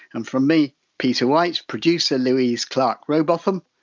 and from me, peter white, producer louise clark-rowbotham,